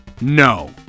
No